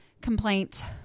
complaint